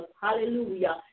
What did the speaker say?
Hallelujah